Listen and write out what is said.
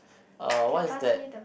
uh what is that